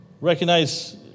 Recognize